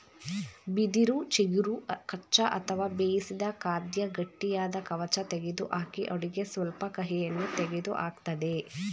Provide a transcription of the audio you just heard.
ಬಿದಿರು ಚಿಗುರು ಕಚ್ಚಾ ಅಥವಾ ಬೇಯಿಸಿದ ಖಾದ್ಯ ಗಟ್ಟಿಯಾದ ಕವಚ ತೆಗೆದುಹಾಕಿ ಅಡುಗೆ ಸ್ವಲ್ಪ ಕಹಿಯನ್ನು ತೆಗೆದುಹಾಕ್ತದೆ